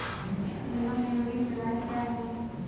जनोपयोगी सेवाएँ क्या हैं?